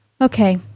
Okay